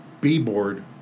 b-board